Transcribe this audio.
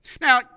Now